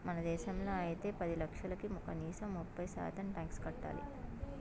మన దేశంలో అయితే పది లక్షలకి కనీసం ముప్పై శాతం టాక్స్ కట్టాలి